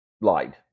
lied